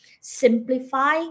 simplify